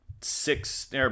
six